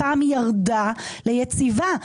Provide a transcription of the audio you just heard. הפעם היא ירדה ליציבה,